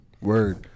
Word